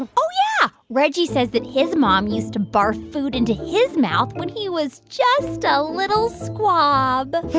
oh, yeah. reggie says that his mom used to barf food into his mouth when he was just a little squab but